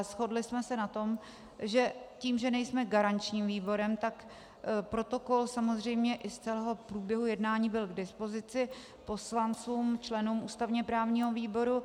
Shodli jsme se ale na tom, že tím, že nejsme garančním výborem, tak protokol samozřejmě i z celého průběhu jednání byl k dispozici poslancům, členům ústavněprávního výboru.